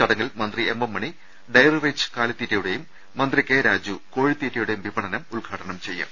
ചടങ്ങിൽ മന്ത്രി M M Mani dairy rich കാലിത്തീറ്റയുടെയും മന്ത്രി കെ രാജു കോഴിത്തീറ്റയുടെയും വിപണനം ഉദ്ഘാടനം ചെയ്യും